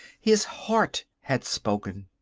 his heart had spoken.